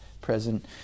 present